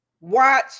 watch